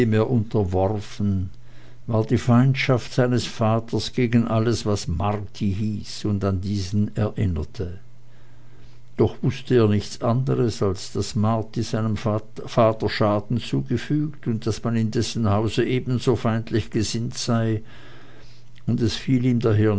unterworfen war die feindschaft seines vaters gegen alles was marti hieß und an diesen erinnerte doch wußte er nichts anderes als daß marti seinem vater schaden zugefügt und daß man in dessen hause ebenso feindlich gesinnt sei und es fiel ihm daher